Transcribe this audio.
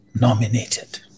nominated